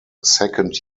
second